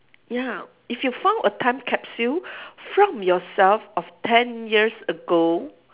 ya if you found a time capsule from yourself of ten years ago